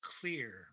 clear